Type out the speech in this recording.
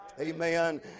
Amen